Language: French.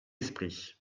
esprit